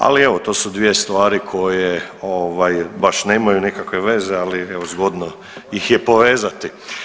Ali evo, to su dvije stvari koje baš nemaju nekakve veze, ali evo zgodno ih je povezati.